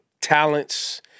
talents